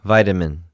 Vitamin